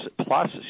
plus